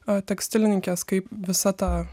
a tekstilininkės kaip visa ta